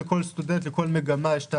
לכל סטודנט, לכל מגמה.